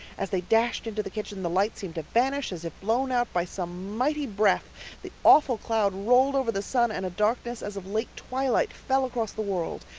as they dashed into the kitchen the light seemed to vanish, as if blown out by some mighty breath the awful cloud rolled over the sun and a darkness as of late twilight fell across the world.